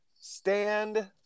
stand